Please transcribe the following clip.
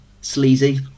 Sleazy